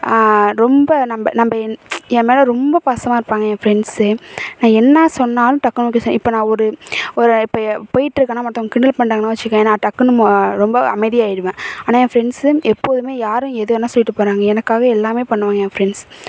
ரொம்ப நம்ம நம்ம என் என் மேலே ரொம்ப பாசமாக இருப்பாங்க என் ஃப்ரெண்ட்ஸு நான் என்ன சொன்னாலும் டக்குன்னு ஓகே சொல் இப்போ நான் ஒரு ஒரு இப்போ போயிட்டு இருக்கேன்னால் மற்றவங்க கிண்டல் பண்ணிட்டாங்கன்னால் வச்சுக்கோயேன் நான் டக்குன்னு மோ ரொம்ப அமைதியாகிருவேன் ஆனால் என் ஃப்ரெண்ட்ஸு எப்போதுமே யாரும் எது வேணா சொல்லிட்டு போகிறாங்க எனக்காக எல்லாமே பண்ணுவாங்க என் ஃப்ரெண்ட்ஸ்